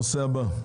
הנושא הבא.